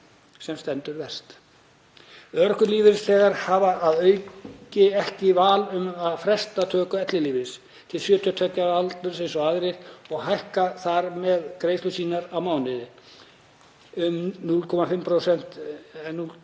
sem stendur verst. Örorkulífeyrisþegar hafa að auki ekki val um að fresta töku ellilífeyris til 72 ára aldurs, eins og aðrir, og hækka þar með greiðslur sínar á mánuði um 0,5%,